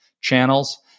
channels